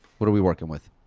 what are we working with?